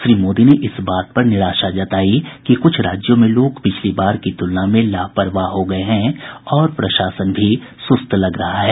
श्री मोदी ने इस बात पर निराशा व्यक्त की कि कुछ राज्यों में लोग पिछली बार की तुलना में लापरवाह हो गए हैं और प्रशासन भी सुस्त लग रहा है